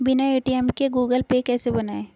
बिना ए.टी.एम के Google Pay कैसे बनायें?